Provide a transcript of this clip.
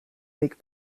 avec